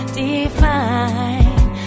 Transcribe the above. define